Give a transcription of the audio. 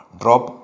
drop